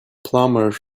plumber